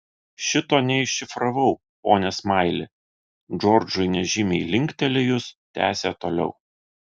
šito neiššifravau pone smaili džordžui nežymiai linktelėjus tęsė toliau